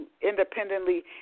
independently